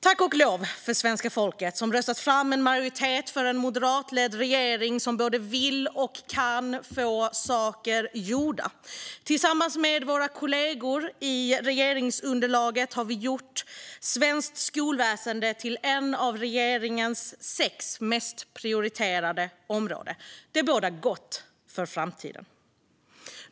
Tack och lov har svenska folket röstat fram en majoritet för en moderatledd regering som både vill och kan få saker gjorda. Tillsammans med våra kollegor i regeringsunderlaget har vi gjort svenskt skolväsen till ett av regeringens sex mest prioriterade områden. Det bådar gott för framtiden.